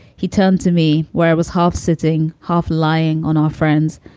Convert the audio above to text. he turned to me where i was half sitting, half lying on our friends,